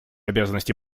обязанности